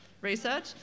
research